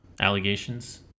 allegations